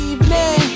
Evening